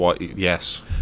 Yes